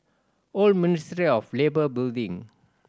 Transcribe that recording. Old Ministry of Labour Building